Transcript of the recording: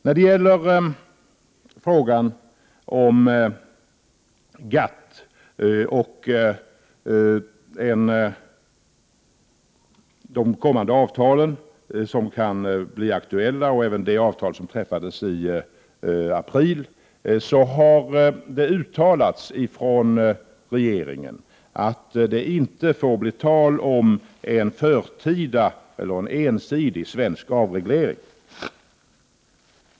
När det gäller GATT-avtalet och de kommande avtal som kan bli aktuella, och även det avtal som träffades i april, har regeringen uttalat att det inte kan bli fråga om en ensidig svensk avreglering.